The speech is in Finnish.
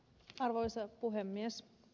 arvoisa puhemies